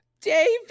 david